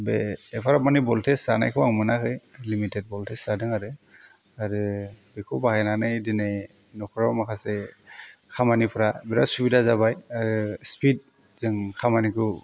बे एफा माने भल्टेज जानायखौ आं मोनाखै लिमिटेड भल्टेज जादों आरो आरो बेखौ बाहायनानै दिनै न'खराव माखासे खामानिफोरा बिराद सुबिदा जाबाय आरो स्पिदजों खामानिखौ